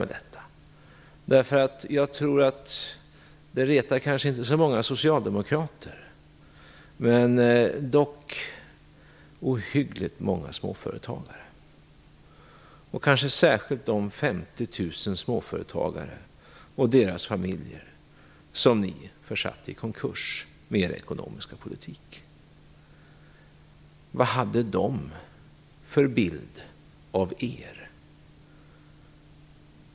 Det retar kanske inte så många socialdemokrater men väl ohyggligt många småföretagare, kanske särskilt de 50 000 småföretagare och deras familjer som ni försatt i konkurs med er ekonomiska politik. Vad hade de för bild av er?